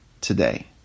today